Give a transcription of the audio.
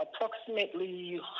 approximately